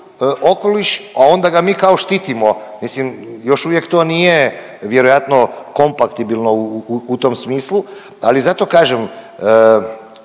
a onda ga mi kao štitimo. Mislim još uvijek to nije vjerojatno kompatibilno u tom smislu, ali zato kažem